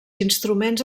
instruments